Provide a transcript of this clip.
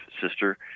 sister